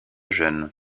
jeune